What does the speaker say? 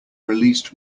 released